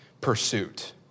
pursuit